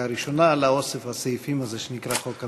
הראשונה על אוסף הסעיפים הזה שנקרא חוק המשילות.